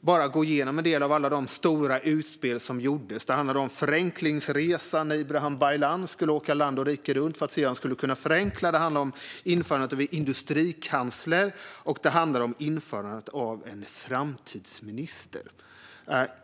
bara gå igenom en del av alla de stora utspel som gjordes. Det handlade om förenklingsresan när Ibrahim Baylan skulle åka land och rike runt för att se hur han skulle kunna förenkla. Det handlade om införandet av en industrikansler. Det handlade om införandet av en framtidsminister.